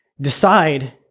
decide